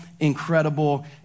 Incredible